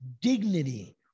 dignity